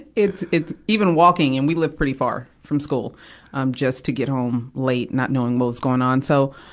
it's, it, even walking and we lived pretty far from school um just to get home late, not knowing what was going on. so,